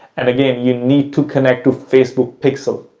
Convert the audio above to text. and again, you need to connect to facebook pixel.